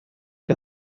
que